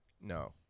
No